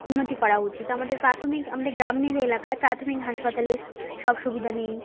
উন্নতি করা উচিত আমাদের প্রাথমিক আমাদের গ্রামের এলাকায় প্রাথমিক হাসপাতালে সব সুবিধা নেই